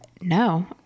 no